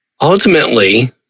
Ultimately